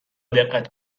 دقت